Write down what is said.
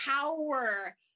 power